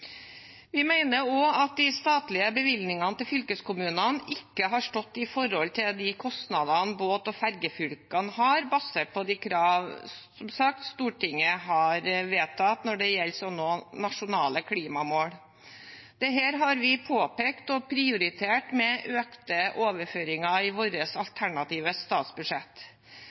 Vi mener også at de statlige bevilgningene til fylkeskommunene ikke har stått i forhold til de kostnadene båt- og fergefylkene har, basert på de krav Stortinget har vedtatt når det gjelder slike nasjonale klimamål. Dette har vi påpekt og prioritert med økte overføringer i vårt alternative statsbudsjett.